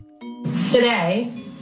Today